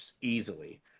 easily